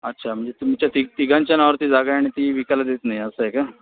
अच्छा म्हणजे तुमच्या ति तिघांच्या नावावरती जागा आहे आणि ती विकायला देत नाही असं आहे का